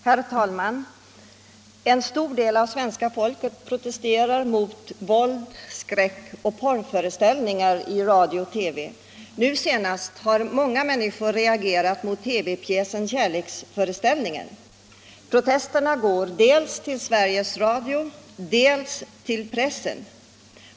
Herr talman! En stor del av svenska folket protesterar mot våld-, skräckoch porrföreställningar i radio och TV. Nu senast har många reagerat mot TV-pjäsen ”Kärleksföreställningen”. Protesterna går dels direkt till Sveriges Radio, dels till pressen.